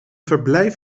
verblijf